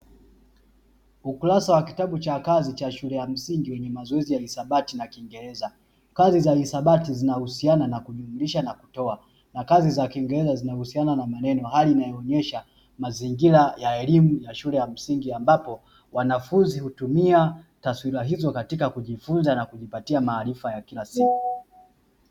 Ukurasa wa kitabu cha kazi cha shule ya msingi wenye mazoezi ya hisabati na kiingereza. Kazi za hisabati zinahusiana na kujumlisha na kutoa, na kazi za kiingereza zinahusiana na maneno. Hali inayoonyesha mazingira ya elimu na shule ya msingi ambapo wanafunzi hutumia taswira hizo katika kujifunza na kujipatia maarifa ya kila siku.